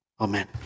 Amen